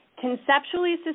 Conceptually